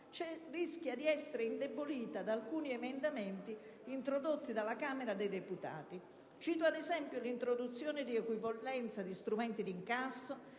rischia di essere indebolita da alcuni emendamenti introdotti dalla Camera dei deputati. Cito ad esempio l'introduzione di equipollenza di strumenti d'incasso,